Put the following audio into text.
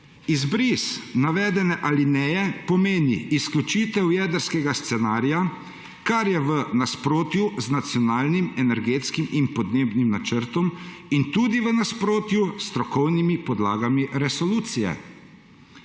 Izbris navedene alineje pomeni izključitev jedrskega scenarija, kar je v nasprotju z Nacionalnim energetskim in podnebnim načrtom in tudi v nasprotju s strokovnimi podlagami resolucije.